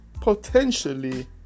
potentially